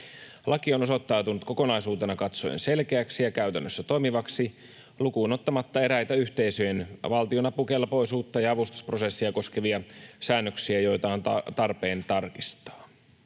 Laki on osoittautunut kokonaisuutena katsoen selkeäksi ja käytännössä toimivaksi, lukuun ottamatta eräitä yhteisöjen valtionapukelpoisuutta ja avustusprosesseja koskevia säännöksiä, joita on tarpeen tarkistaa.